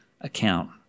account